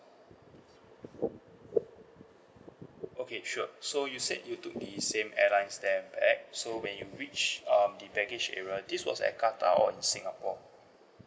okay sure so you said you took the same airlines there back so when you reached um the baggage area this was at qatar or in singapore